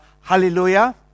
hallelujah